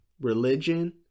religion